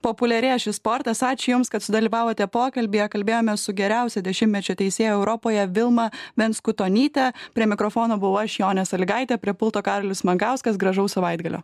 populiarėja šis sportas ačiū jums kad sudalyvavote pokalbyje kalbėjomės su geriausia dešimtmečio teisėja europoje vilma venskutonyte prie mikrofono buvau aš jonė salygaitė prie pulto karolis mankauskas gražaus savaitgalio